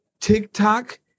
TikTok